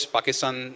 Pakistan